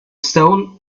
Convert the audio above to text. stone